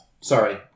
Sorry